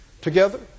together